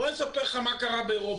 בוא אני אספר לך מה קרה באירופה.